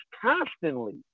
constantly